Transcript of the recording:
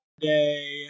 Today